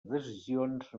decisions